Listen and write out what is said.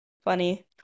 funny